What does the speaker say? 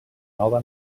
nova